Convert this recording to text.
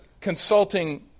consulting